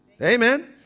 Amen